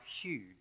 huge